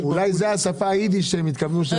--- אולי זאת שפת היידיש שהם התכוונו.